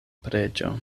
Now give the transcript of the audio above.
preĝo